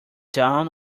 town